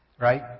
right